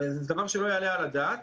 זה דבר שלא יעלה על הדעת.